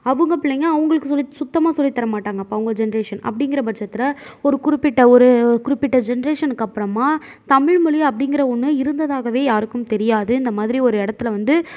அவங்க பிள்ளைங்கள் அவங்களுக்குத் சுத்தமாக சொல்லி தரமாட்டாங்க அவங்க ஜென்ரேஷன் அப்படிங்கிற பட்சத்தில் ஒரு குறிப்பிட்ட ஒரு குறிப்பிட்ட ஜென்ரேஷனுக்கு அப்புறமா தமிழ் மொழி அப்படிங்கிற ஒன்று இருந்ததாகவே யாருக்கும் தெரியாது இந்த மாதிரி ஒரு இடத்தில் வந்து